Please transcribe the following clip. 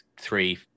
three